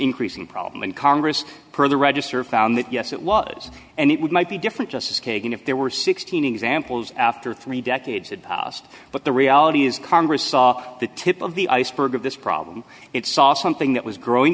increasing problem in congress per the register found that yes it was and it would might be different justice kagan if there were sixteen examples after three decades had passed but the reality is congress saw the tip of the iceberg of this problem it saw something that was growing